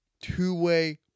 two-way